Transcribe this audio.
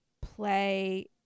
play